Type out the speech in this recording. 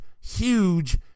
huge